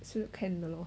吃 can 的 lor